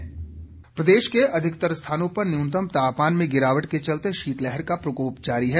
मौसम प्रदेश के अधिकतर स्थानों पर न्यूनतम तापमान में गिरावट के चलते शीतलहर का प्रकोप लगातार जारी है